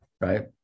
right